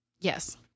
Yes